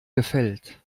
gefällt